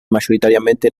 mayoritariamente